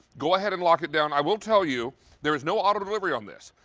go ahead and lock it down. i will tell you there is no auto delivery on this.